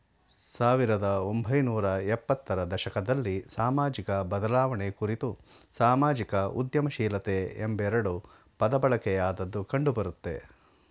ಸಾವಿರದ ಒಂಬೈನೂರ ಎಪ್ಪತ್ತ ರ ದಶಕದಲ್ಲಿ ಸಾಮಾಜಿಕಬದಲಾವಣೆ ಕುರಿತು ಸಾಮಾಜಿಕ ಉದ್ಯಮಶೀಲತೆ ಎಂಬೆರಡು ಪದಬಳಕೆಯಾದದ್ದು ಕಂಡುಬರುತ್ತೆ